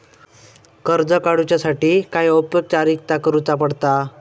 कर्ज काडुच्यासाठी काय औपचारिकता करुचा पडता?